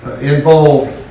involved